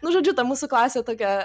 nu žodžiu ta mūsų klasė tokia